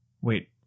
wait